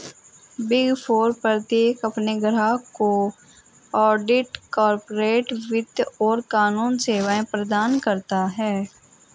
big four प्रत्येक अपने ग्राहकों को ऑडिट, कॉर्पोरेट वित्त और कानूनी सेवाएं प्रदान करता है